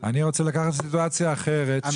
אני רוצה לקחת סיטואציה אחרת.